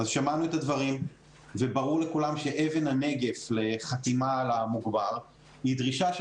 שמענו את הדברים וברור לכולם שאבן הנגף לחתימה על המוגמר היא דרישה של